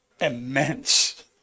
immense